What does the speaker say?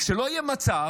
שלא יהיה מצב